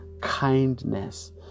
kindness